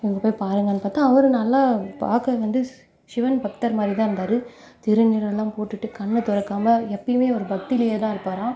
அங்கே போய் பாருங்கன்னு பார்த்தா அவர் நல்லா பார்க்க வந்து சிவன் பக்தர் மாதிரி தான் இருந்தார் திருநீறெல்லாம் போட்டுட்டு கண்ணை திறக்காம எப்போயுமே ஒரு பக்தியிலேயே தான் இருப்பாராம்